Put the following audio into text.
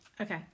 Okay